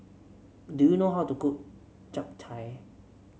do you know how to cook Japchae